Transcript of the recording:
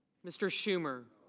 mr. schumer.